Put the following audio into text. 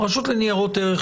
הרשות לניירות ערך,